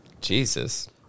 Jesus